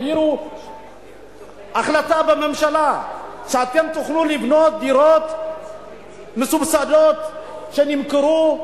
העבירו החלטה בממשלה שאתם תוכלו לבנות דירות מסובסדות שנמכרו,